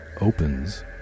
opens